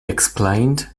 explained